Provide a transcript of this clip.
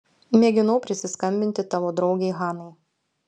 mėginau prisiskambinti tavo draugei hanai